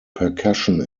percussion